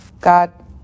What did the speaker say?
God